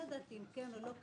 לא ידעתי אם כן או לא,